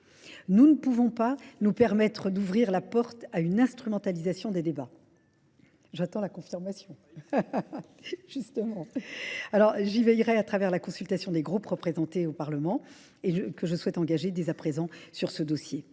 Nous ne pouvons pas nous permettre d'ouvrir la porte à une instrumentalisation des débats. J'attends la confirmation. J'y veillerai à travers la consultation des groupes représentés au Parlement et que je souhaite engager dès à présent sur ce dossier.